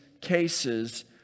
cases